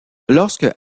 lorsque